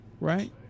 Right